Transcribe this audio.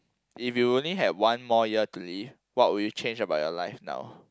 if you only had one more year to live what would you change about your life now